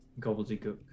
gobbledygook